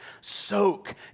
soak